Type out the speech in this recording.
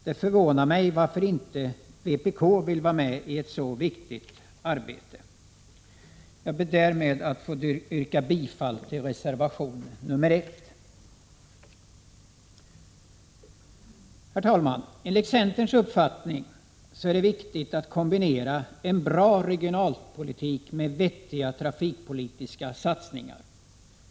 Det förvånar mig att vpk inte vill vara med i ett så viktigt arbete. Jag ber därmed att få yrka bifall till reservation nr 1. Herr talman! Enligt centerns uppfattning är det viktigt att kombinera en bra regionalpolitik med vettiga trafikpolitiska satsningar.